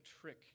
trick